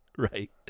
Right